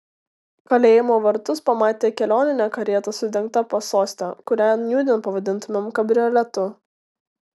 kalėjimo vartus pamatė kelioninę karietą su dengta pasoste kurią nūdien pavadintumėm kabrioletu